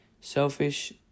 selfish